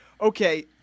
okay